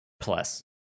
plus